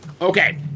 Okay